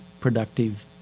productive